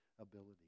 ability